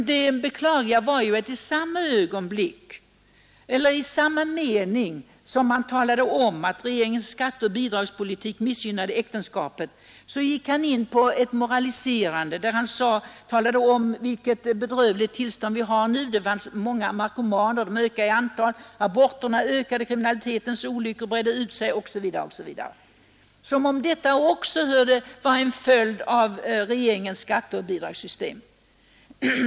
Det är dock märkligt att han i samma mening som han talade om att regeringens skatteoch bidragspolitik missgynnade äktenskapet gick in på ett moraliserande om hur bedrövligt tillståndet för närvarande var med ett ökat antal narkomaner. Fler aborter och kriminalitetens olyckor som bredde ut sig. Skulle det också vara en följd av regeringens skatteoch bidragspolitik?